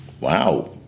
Wow